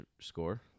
score